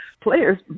players